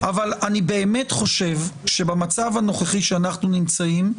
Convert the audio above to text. אני באמת חושב שבמצב הנוכחי שאנחנו נמצאים בו,